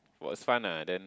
it was fun ah then